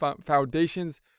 foundations